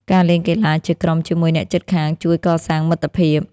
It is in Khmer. ការលេងកីឡាជាក្រុមជាមួយអ្នកជិតខាងជួយកសាងមិត្តភាព។